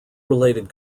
related